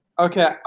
Okay